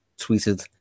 tweeted